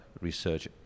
research